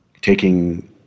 taking